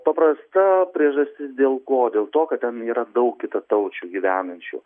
paprasta priežastis dėl ko dėl to kad ten yra daug kitataučių gyvenančių